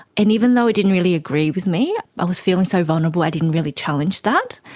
and even though it didn't really agree with me, i was feeling so vulnerable i didn't really challenge that.